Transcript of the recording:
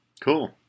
cool